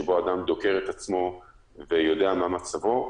שאדם דוקר את עצמו ויודע מה מצבו,